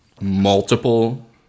multiple